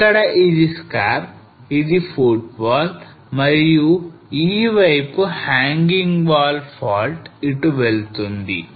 ఇక్కడ ఇది scarp ఇది footwall మరియు ఈ వైపు hanging wall fault ఇటు వెళ్తుంది